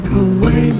away